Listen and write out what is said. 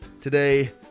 today